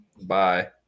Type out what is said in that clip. Bye